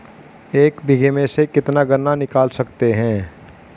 एक बीघे में से कितना गन्ना निकाल सकते हैं?